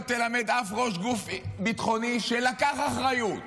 תלמד אף ראש גוף ביטחוני שלקח אחריות